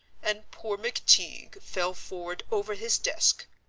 and poor mcteague fell forward over his desk,